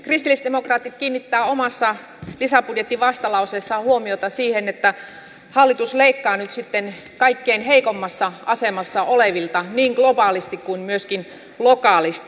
kristillisdemokraatit kiinnittävät omassa lisäbudjetin vastalauseessaan huomiota siihen että hallitus leikkaa nyt sitten kaikkein heikoimmassa asemassa olevilta niin globaalisti kuin myöskin lokaalisti